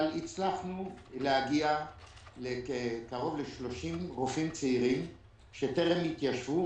אבל הצלחנו להגיע לקרוב ל-30 רופאים שטרם התיישבו,